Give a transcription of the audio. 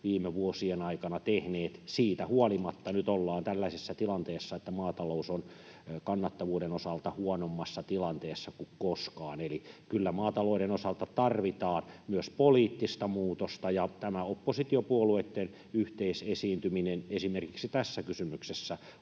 viime vuosien aikana tehneet. Siitä huolimatta nyt ollaan tällaisessa tilanteessa, että maatalous on kannattavuuden osalta huonommassa tilanteessa kuin koskaan. Eli kyllä maatalouden osalta tarvitaan myös poliittista muutosta, ja tämä oppositiopuolueitten yhteisesiintyminen esimerkiksi tässä kysymyksessä